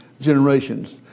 generations